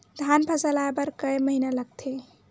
धान फसल आय बर कय महिना लगथे?